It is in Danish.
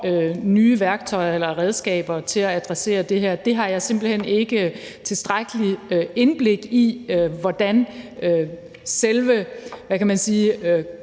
nye værktøjer, redskaber, til at adressere det her. Der har jeg simpelt hen ikke tilstrækkeligt indblik i, hvordan, hvad kan man sige,